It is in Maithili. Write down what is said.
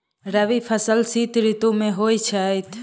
रबी फसल शीत ऋतु मे होए छैथ?